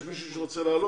קושניר,